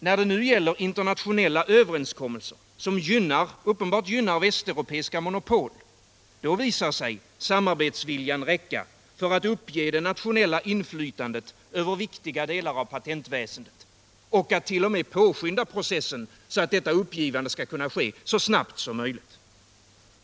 När det nu gäller internationella överenskommelser, som uppenbart gynnar västeuropeiska monopol, då visar sig samarbetsviljan räcka för att uppge det nationella inflytandet över viktiga delar av patentväsendet och att t. 0. m. påskynda processen, så att detta uppgivande skall kunna ske så snabbt som möjligt.